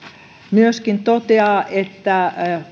myöskin toteaa että